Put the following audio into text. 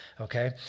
okay